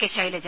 K Shailaja